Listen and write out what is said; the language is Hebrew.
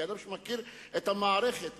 כאדם שמכיר את המערכת,